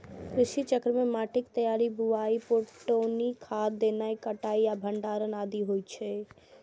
कृषि चक्र मे माटिक तैयारी, बुआई, पटौनी, खाद देनाय, कटाइ आ भंडारण आदि होइ छै